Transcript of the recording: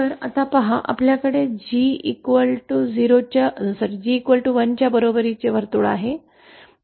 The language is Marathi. तर आता पहा आपल्याकडे हे G 1 च्या बरोबर वर्तुळ आहे